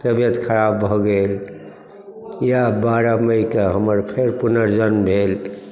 तबियत खराब भऽ गेल इएह बारह मइकेँ हमर फेर पुनर्जन्म भेल